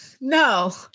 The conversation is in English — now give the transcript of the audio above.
No